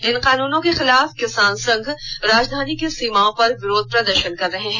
इन कानूनों के खिलाफ किसान संघ राजधानी की सीमाओं पर विरोध प्रदर्शन कर रहे हैं